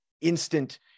instant